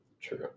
True